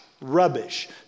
rubbish